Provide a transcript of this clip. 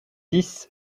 dix